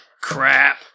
Crap